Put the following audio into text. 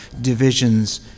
divisions